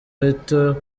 reuters